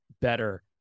better